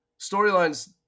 storylines